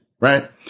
right